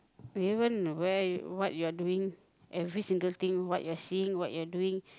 even where and what you are doing every single thing what you are seeing what you are doing